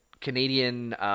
Canadian –